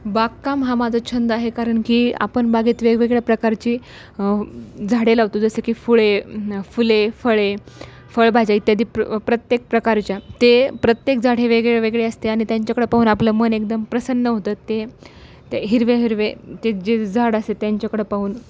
बागकाम हा माझा छंद आहे कारण की आपण बागेत वेगवेगळ्या प्रकारची झाडे लावतो जसं की फुळे फुले फळे फळभाज्या इत्यादी प्र प्रत्येक प्रकारच्या ते प्रत्येक झाड हे वेगळे वेगळे असते आणि त्यांच्याकडं पाहून आपलं मन एकदम प्रसन्न होतं ते ते हिरवे हिरवे ते जे झाड असते त्यांच्याकडं पाहून